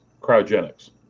cryogenics